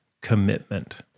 commitment